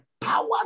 power